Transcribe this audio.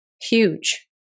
huge